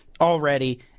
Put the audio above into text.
already